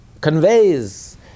conveys